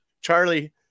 Charlie